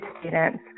students